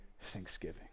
thanksgiving